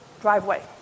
driveway